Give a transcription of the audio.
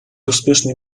успешной